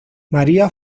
maría